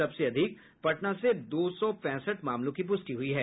सबसे अधिक पटना से दो सौ पैंसठ मामलों की पुष्टि हुई है